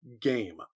game